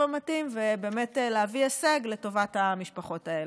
המתאים ולהביא הישג לטובת המשפחות האלה.